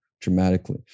Dramatically